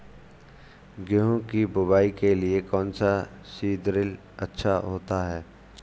गेहूँ की बुवाई के लिए कौन सा सीद्रिल अच्छा होता है?